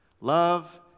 Love